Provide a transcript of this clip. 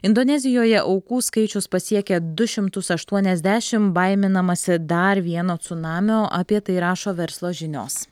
indonezijoje aukų skaičius pasiekė du šimtus aštuoniasdešim baiminamasi dar vieno cunamio apie tai rašo verslo žinios